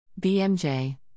BMJ